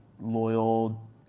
loyal